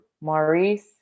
Maurice